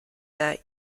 that